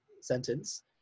sentence